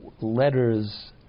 letters